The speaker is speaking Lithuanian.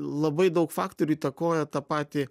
labai daug faktorių įtakoja tą patį